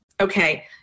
Okay